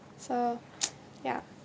so ya